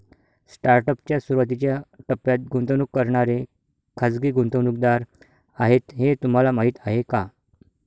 Startup च्या सुरुवातीच्या टप्प्यात गुंतवणूक करणारे खाजगी गुंतवणूकदार आहेत हे तुम्हाला माहीत आहे का?